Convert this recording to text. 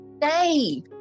day